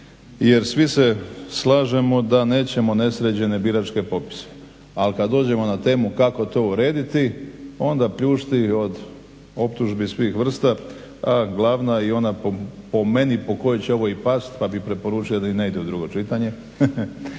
jer svi se slažemo da nećemo nesređene biračke popise ali kada dođemo na temu kako to urediti onda pljušti od optužbi svih vrsta, a glavna i ona po meni po kojoj će ovo i pasti pa bih i preporučio da i ne idete u drugo čitanje,